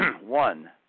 one